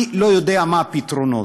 אני לא יודע מה הפתרונות,